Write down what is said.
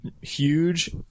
huge